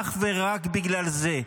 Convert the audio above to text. אך ורק בגלל זה.